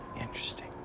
interesting